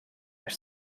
are